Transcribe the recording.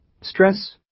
Stress